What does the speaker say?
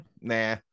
Nah